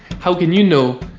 how can you know.